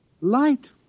Light